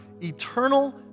eternal